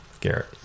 Garrett